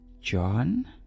John